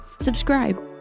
subscribe